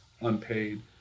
unpaid